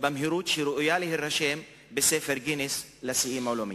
במהירות שראויה להירשם בספר גינס לשיאים עולמיים.